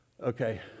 Okay